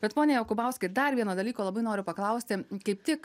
bet pone jokubauskai ir dar vieno dalyko labai noriu paklausti kaip tik